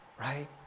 right